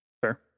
Fair